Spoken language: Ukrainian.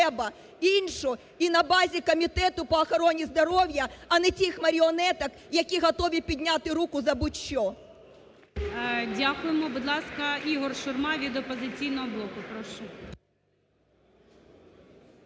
іншу і на базі Комітету по охорони здоров'я, а не тих маріонеток, які готові підняти руку за будь-що. ГОЛОВУЮЧИЙ. Дякую. Будь ласка, Ігор Шурма від "Опозиційного блоку". Прошу.